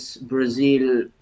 Brazil